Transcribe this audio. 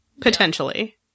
potentially